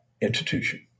institution